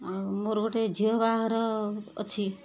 ଆଉ ମୋର ଗୋଟେ ଝିଅ ବାହାଘର ଅଛି